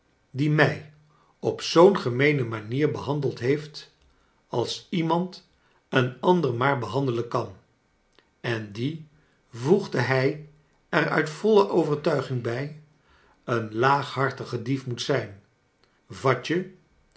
die mij op zoo'n gemeene manier behandeld heeft als iemand een ander maar behandelen kan en die voegde hij hij er uit voile overtuiging bij een laaghartige clief moet zijn vat